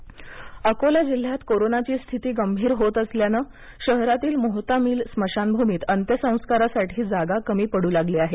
अंत्यसंस्कार अकोला अकोला जिल्ह्यात कोरोनाची स्थिती गभीर होत असल्यानं शहरातील मोहता मील स्मशानभूमीत अंत्यसंस्कारासाठी जागा कमी पडू लागली आहे